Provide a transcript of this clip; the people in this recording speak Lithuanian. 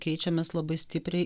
keičiamės labai stipriai